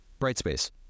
Brightspace